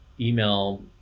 email